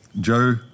Joe